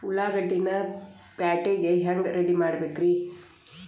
ಉಳ್ಳಾಗಡ್ಡಿನ ಪ್ಯಾಟಿಗೆ ಹ್ಯಾಂಗ ರೆಡಿಮಾಡಬೇಕ್ರೇ?